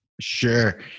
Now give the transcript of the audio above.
Sure